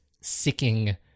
Sicking